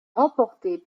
remportée